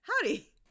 howdy